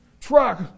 truck